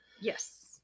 Yes